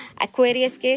Aquarius